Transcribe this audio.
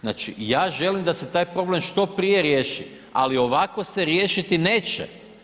Znači ja želim da se taj problem što prije riješi ali ovako se riješiti neće.